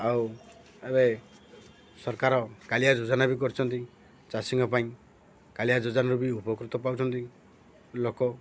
ଆଉ ଏବେ ସରକାର କାଲିଆ ଯୋଜନା ବି କରିଛନ୍ତି ଚାଷୀଙ୍କ ପାଇଁ କାଲିଆ ଯୋଜାନରୁ ବି ଉପକୃତ ପାଉଛନ୍ତି ଲୋକ